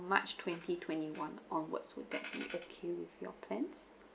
march twenty twenty one onwards would that be okay with your plans